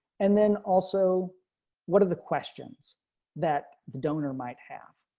and then also what are the questions that the donor might have